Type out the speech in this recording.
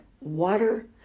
water